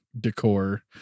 decor